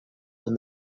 and